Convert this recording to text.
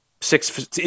Six